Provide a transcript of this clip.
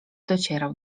docierał